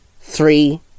Three